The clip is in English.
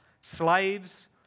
Slaves